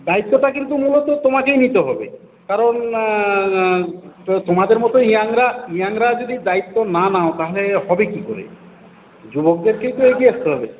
দায়িত্বটা কিন্তু মূলত তোমাকেই নিতে হবে কারণ তোমাদের মতো ইয়াংরা ইয়াংরা যদি দায়িত্ব না নাও তাহলে হবে কি করে যুবকদেরকেই তো এগিয়ে আসতে হবে